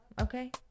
Okay